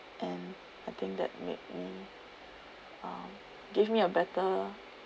and I think that made me um give me a better